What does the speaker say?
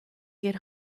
get